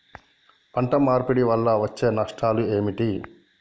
పంట మార్పిడి వల్ల వచ్చే నష్టాలు ఏమిటి?